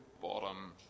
bottom